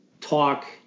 talk